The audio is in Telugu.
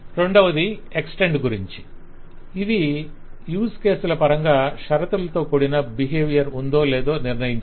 రెండవది ఎక్స్టెండ్ గురించి ఇది యూస్ కేసుల పరంగా షరతులతో కూడిన బిహేవియర్ ఉందో లేదో నిర్ణయించేది